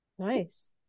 Nice